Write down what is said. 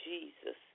Jesus